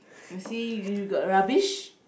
you see you you got rubbish